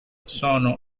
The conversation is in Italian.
sono